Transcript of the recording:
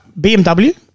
BMW